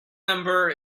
number